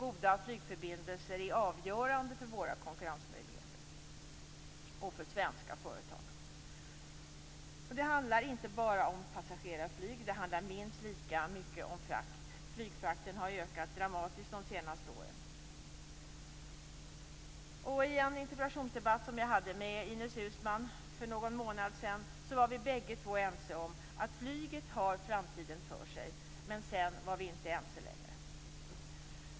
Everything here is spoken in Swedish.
Goda flygförbindelser är avgörande för våra konkurrensmöjligheter och för svenska företag. Det handlar inte bara om passagerarflyg - det handlar minst lika mycket om frakt. Flygfrakten har ökat dramatiskt under de senaste åren. I en interpellationsdebatt som jag förde med Ines Uusmann för någon månad sedan var vi bägge två ense om att flyget har framtiden för sig. Men sedan var vi inte ense längre.